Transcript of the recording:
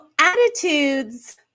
attitudes